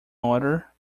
order